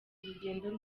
urugendo